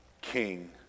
king